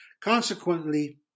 Consequently